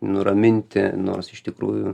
nuraminti nors iš tikrųjų